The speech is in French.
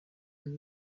jour